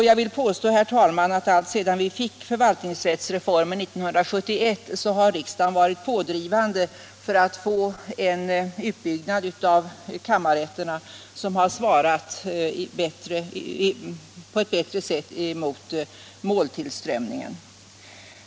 Jag vill, herr talman, påstå att alltsedan vi fick förvaltningsrättsreformen 1971 har riksdagen varit pådrivande för att få till stånd en utbyggnad av kammarrätterna, vilken på ett bättre sätt svarar mot måltillströmningen.